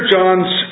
John's